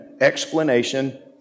explanation